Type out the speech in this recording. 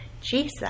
Jesus